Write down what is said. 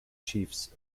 chiefs